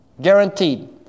Guaranteed